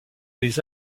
les